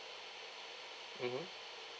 mmhmm